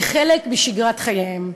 היא חלק משגרת חייהם.